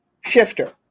shifter